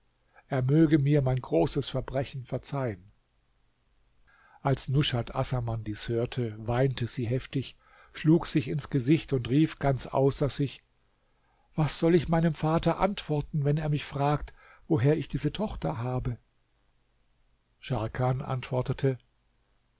er möge mir mein großes verbrechen verzeihen als nushat assaman dies hörte weinte sie heftig schlug sich ins gesicht und rief ganz außer sich was soll ich meinem vater antworten wenn er mich fragt woher ich diese tochter habe scharkan antwortete